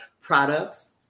products